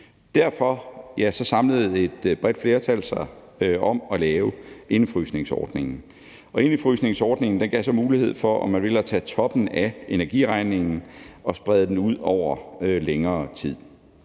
Derfor samlede et bredt flertal sig om at lave indefrysningsordningen. Og indefrysningsordningen gav så mulighed for, om man vil, at tage toppen af energiregningen og sprede den ud over længere tid.